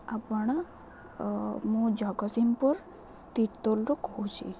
ଆପଣ ମୁଁ ଜଗତସିଂହପୁର ତୀର୍ତୋଲରୁ କହୁଛି